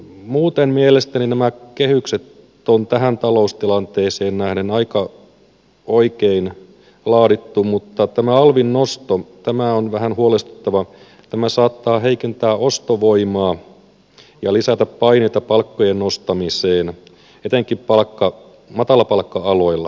muuten mielestäni nämä kehykset on tähän taloustilanteeseen nähden aika oikein laadittu mutta tämä alvin nosto tämä on vähän huolestuttavaa tämä saattaa heikentää ostovoimaa ja lisätä paineita palkkojen nostamiseen etenkin matalapalkka alueilla